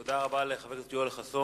תודה רבה לחבר הכנסת יואל חסון.